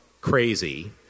crazy